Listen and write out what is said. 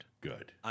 Good